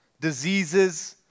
diseases